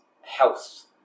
health